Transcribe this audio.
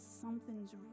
something's